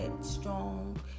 strong